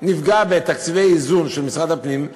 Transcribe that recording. שראש העיר נפגע בתקציבי איזון של משרד הפנים.